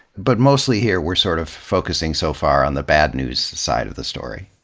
but mostly here we're sort of focusing so far on the bad news side of the story.